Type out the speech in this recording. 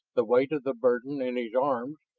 the weight of the burden in his arms,